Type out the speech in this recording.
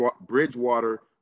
Bridgewater